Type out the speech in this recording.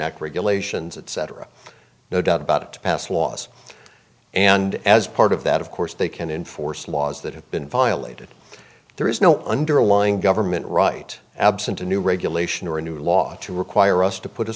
act regulations etc no doubt about it to pass laws and as part of that of course they can enforce laws that have been violated there is no underlying government right absent a new regulation or a new law to require us to put a